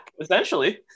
essentially